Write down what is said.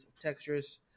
Textures